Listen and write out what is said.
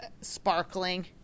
sparkling